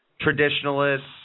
traditionalists